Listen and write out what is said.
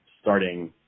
starting